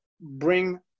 bring